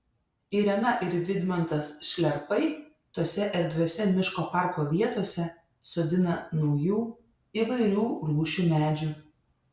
irena ir vidmantas šliarpai tose erdviose miško parko vietose sodina naujų įvairių rūšių medžių